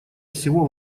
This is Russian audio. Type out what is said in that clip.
всего